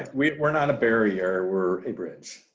ah we're we're not a barrier were a bridge.